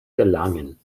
gelangen